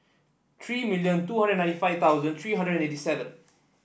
three million two hundred ninety five thousand three hundred eighty seven